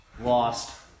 Lost